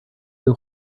will